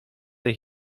tej